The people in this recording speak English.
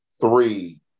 three